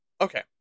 Okay